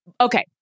Okay